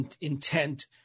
intent